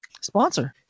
sponsor